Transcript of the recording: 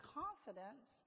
confidence